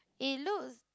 it looks